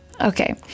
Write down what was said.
Okay